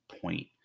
point